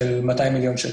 של 200 מיליון שקל.